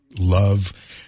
Love